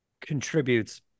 contributes